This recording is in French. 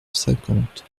cinquante